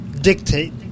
dictate